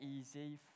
easy